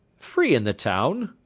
free in the town?